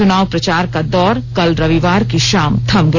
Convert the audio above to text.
चुनाव प्रचार का दौर कल रविवार की शाम थम गया